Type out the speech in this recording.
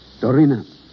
Dorina